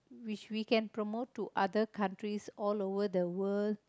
which we can promote to other countries all over the world